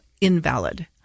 invalid